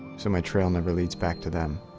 so my trail never leads back to them.